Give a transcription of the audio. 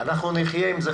אנחנו נחיה עם זה,